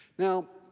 now,